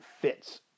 fits